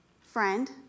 friend